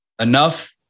enough